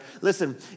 Listen